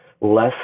less